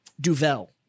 Duvel